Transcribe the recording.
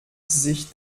sich